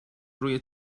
روی